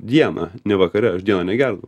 dieną ne vakare aš dieną negerdavau